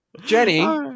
jenny